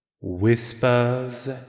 Whispers